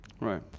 Right